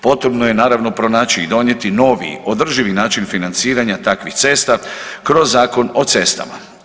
Potrebno je, naravno, pronaći i donijeti novi održivi način financiranja takvih cesta kroz Zakon o cestama.